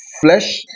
flesh